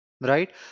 right